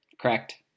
Correct